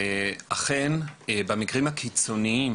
ואכן, במקרים הקיצוניים